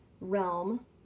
realm